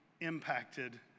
impacted